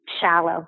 shallow